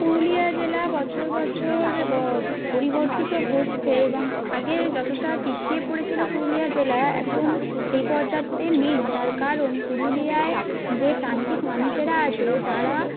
পুরুলিয়া জেলা বছর বছর পরিবর্তিত হচ্ছে এবং আগে যতটা পিছিয়ে পড়েছিল পুরুলিয়া জেলা এখন সেই পর্যায়ে নেই তার কারণ পুরুলিয়ায় যে প্রান্তিক মানুষেরা আছে তারা